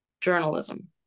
journalism